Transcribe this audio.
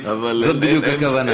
זאת בדיוק הכוונה.